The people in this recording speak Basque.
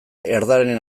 erdaren